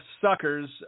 suckers